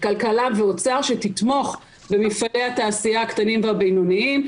כלכלה ואוצר שתתמוך במפעלי התעשייה הקטנים והבינוניים.